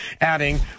adding